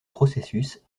processus